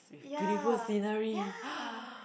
ya ya